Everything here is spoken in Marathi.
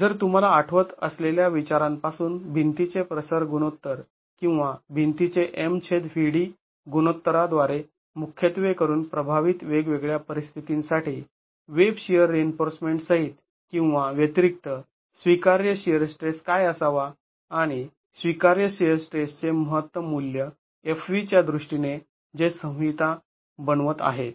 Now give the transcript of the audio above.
जर तुम्हाला आठवत असलेल्या विचारांपासून भिंतीचे प्रसर गुणोत्तर किंवा भिंतीचे M Vd गुणोत्तराद्वारे मुख्यत्वेकरून प्रभावित वेगवेगळ्या परिस्थितींंसाठी वेब शिअर रिइन्फोर्समेंट सहित किंवा व्यतिरिक्त स्वीकार्य शिअर स्ट्रेस काय असावा आणि स्वीकार्य शिअर स्ट्रेसचे महत्तम मूल्य Fv च्या दृष्टीने जे संहिता बनवत आहे